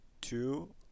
two